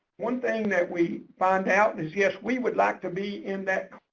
one thing that we found out is, yes, we would like to be in that